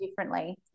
differently